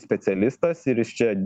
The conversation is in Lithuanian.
specialistas ir jis čia